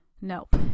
Nope